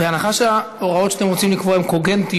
בהנחה שההוראות שאתם רוצים לקבוע הן קוגנטיות,